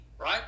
right